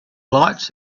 lights